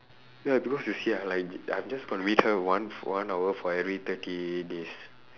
ya because you see ah like I'm just going to meet her one one hour for every thirty days